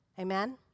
Amen